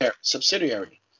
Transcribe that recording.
subsidiary